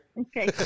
okay